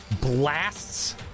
blasts